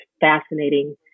fascinating